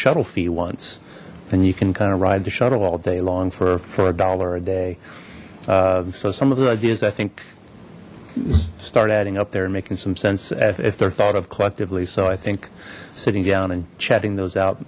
shuttle fee once and you can kind of ride the shuttle all day long for for a dollar a day so some of the ideas i think start adding up there and making some sense if they're thought of collectively so i think sitting down and chatting those out